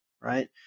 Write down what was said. right